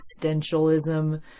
existentialism